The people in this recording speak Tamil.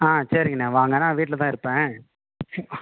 ஆ சரிங்கண்ணா வாங்க நான் வீட்டில் தான் இருப்பேன்